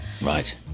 Right